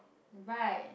right